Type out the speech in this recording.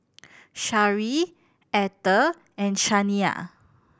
Shari Ether and Shaniya